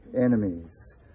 enemies